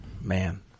Man